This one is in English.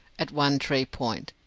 at one tree point,